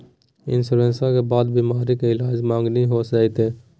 इंसोरेंसबा के बाद बीमारी के ईलाज मांगनी हो जयते?